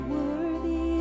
Worthy